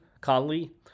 Conley